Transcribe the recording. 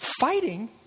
Fighting